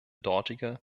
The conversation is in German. dortige